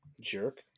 Jerk